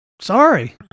Sorry